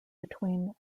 between